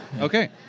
Okay